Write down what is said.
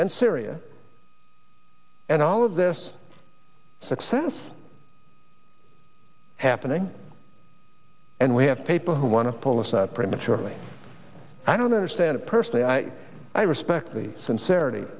and syria and all of this success happening and we have people who want to pull us out prematurely i don't understand it personally i i respect the sincerity